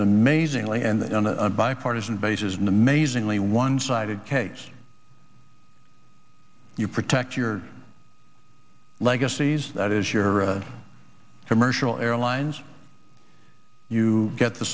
amazingly and on a bipartisan basis an amazingly one sided case you protect your legacies that is you're a commercial airlines you get the